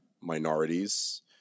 minorities